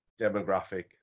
demographic